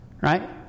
Right